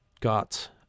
got